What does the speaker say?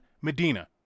Medina